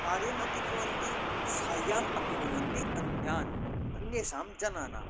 कार्यम् अपि कुर्वन्ति सहाय्यम् अपि कुर्वन्ति अन्यान् अन्येषां जनानाम्